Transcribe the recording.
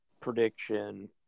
prediction